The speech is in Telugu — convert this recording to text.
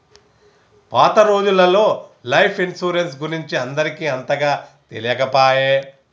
పాత రోజులల్లో లైఫ్ ఇన్సరెన్స్ గురించి అందరికి అంతగా తెలియకపాయె